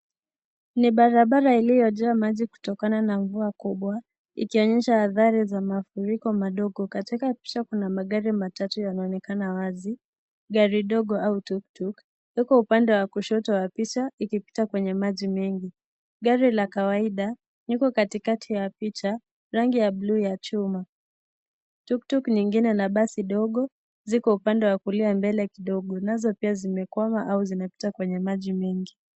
Ni barabara iliyojaa maji kutokana na mvua kubwa ikionyesha athari za mafuriko madogo. Katika picha kuna magari matatu yanaonekana wazi , gari ndogo au tuktuk iko upande wa kushoto wa picha ikipita kwenye maji mengi , gari la kawaida iko katikati ya picha rangi ya bluu ya chuma , tuktuk nyingine na basi ndogo ziko upande wa kulia mbele kidogo nazo pia zimekwama au zinapita kwenye maji mengi.